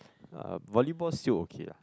uh volleyball still okay lah